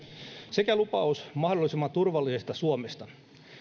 sekä lupaus mahdollisimman turvallisesta suomesta